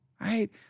right